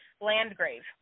Landgrave